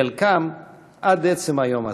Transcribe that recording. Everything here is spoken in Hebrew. חלקם עד עצם היום הזה.